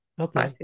Okay